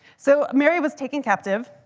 so mary was taken captive.